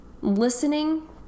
listening